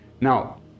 now